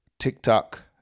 TikTok